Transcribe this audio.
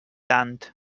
tant